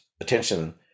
attention